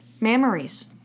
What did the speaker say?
mammaries